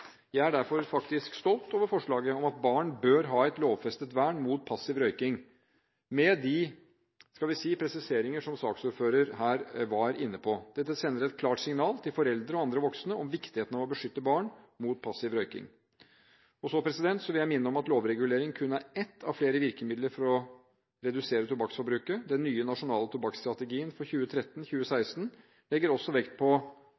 jeg faktisk stolt over forslaget om at barn bør ha et lovfestet vern mot passiv røyking – med de presiseringer som saksordføreren var inne på. Dette sender et klart signal til foreldre og andre voksne om viktigheten av å beskytte barn mot passiv røyking. Så vil jeg minne om at lovregulering kun er ett av flere virkemidler for å redusere tobakksforbruket. Den nye nasjonale tobakksstrategien for 2013–2016 legger også vekt på